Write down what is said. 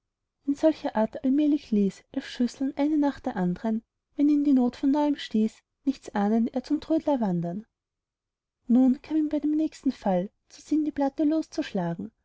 in solcher art allmählich ließ elf schüsseln eine nach der andern wenn ihn die not von neuem stieß nichtsahnend er zum trödler wandern nun kam ihm bei dem nächsten fall zu sinn die platte loszuschlagen